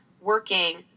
working